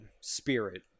spirit